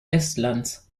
estlands